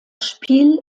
spiel